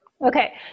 Okay